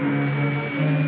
he